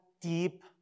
deep